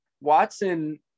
Watson